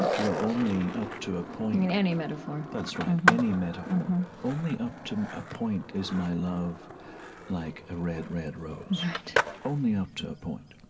you know, only up to a point, you mean any metaphor? that's right, any metaphor. only up to a point is my love like a red, red rose right only up to a a point.